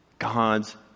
God's